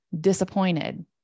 disappointed